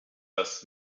dass